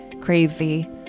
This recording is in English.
crazy